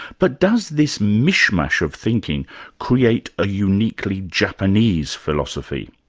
but does this mish-mash of thinking create a uniquely japanese philosophy?